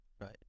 Right